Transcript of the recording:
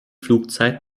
flugzeit